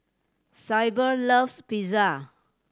Syble loves Pizza